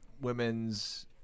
women's